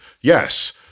Yes